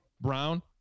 Brown